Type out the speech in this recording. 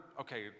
okay